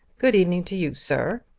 good evening to you, sir.